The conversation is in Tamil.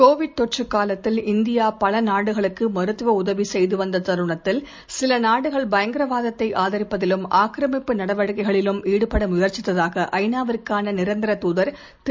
கோவிட் தொற்று காலத்தில் இந்தியா பல நாடுகளுக்கு மருத்துவ உதவி செய்து வந்த தருணத்தில் சில நாடுகள் பயங்கரவாத்தை ஆதரிப்பதிலும் ஆக்கிரமிப்பு நடவடிக்கைகளிலும் ஈடுபட முயற்சித்ததாக ஐ நாவுக்கான நிரந்தர தூதர் திரு